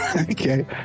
Okay